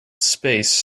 space